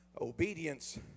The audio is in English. Obedience